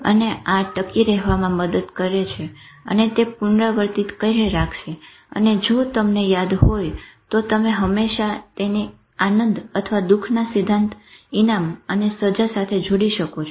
અને આ ટકી રહેવામાં મદદ કરે છે અને તે પૂનરાવર્તિત કયરે રાખશે અને જો તમને યાદ હોય તો તમે હંમેશા તેને આનંદ અને દુઃખના સિદ્ધાંત ઇનામ અને સજા સાથે જોડી શકો છો